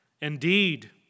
Indeed